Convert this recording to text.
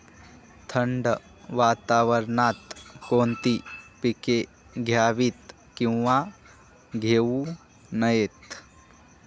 थंड वातावरणात कोणती पिके घ्यावीत? किंवा घेऊ नयेत?